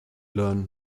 learn